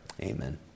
Amen